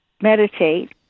meditate